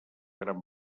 gran